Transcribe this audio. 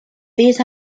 these